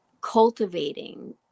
cultivating